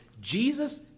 Jesus